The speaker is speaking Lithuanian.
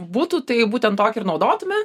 būtų tai būtent tokį ir naudotume